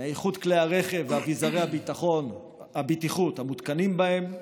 מאיכות כלי הרכב ואביזרי הבטיחות המותקנים בהם,